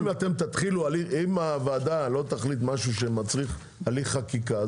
אם הוועדה לא תחליט משהו שמצריך הליך חקיקה,